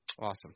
Awesome